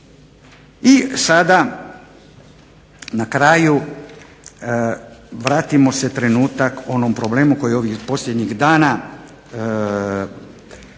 I sada na kraju vratimo se trenutak onom problemu koji je ovih posljednjih dana imao